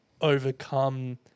overcome